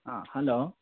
ꯑꯥ hello